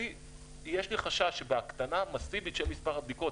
יש לי חשש שבהקטנה מסיבית של מספר הבדיקות,